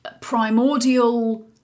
primordial